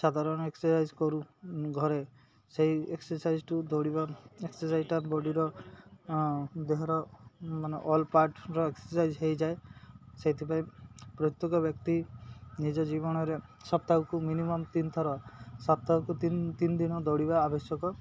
ସାଧାରଣ ଏକ୍ସରସାଇଜ୍ କରୁ ଘରେ ସେଇ ଏକ୍ସରସାଇଜ୍ଠୁ ଦୌଡ଼ିବା ଏକ୍ସରସାଇଜ୍ଟା ବଡ଼ିର ଦେହର ମାନେ ଅଲ୍ ପାର୍ଟର ଏକ୍ସରସାଇଜ୍ ହେଇଯାଏ ସେଥିପାଇଁ ପ୍ରତ୍ୟେକ ବ୍ୟକ୍ତି ନିଜ ଜୀବନରେ ସପ୍ତାହକୁ ମିନିମମ୍ ତିନିଥର ସପ୍ତାହକୁ ତିନି ତିନି ଦିନ ଦୌଡ଼ିବା ଆବଶ୍ୟକ